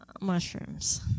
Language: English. Mushrooms